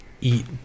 eat